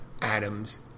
atoms